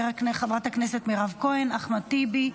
חברת הכנסת מירב כהן וחברי הכנסת אחמד טיבי,